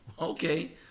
Okay